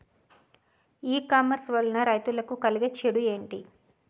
ఈ కామర్స్ వలన రైతులకి కలిగే చెడు ఎంటి?